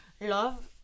love